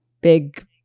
big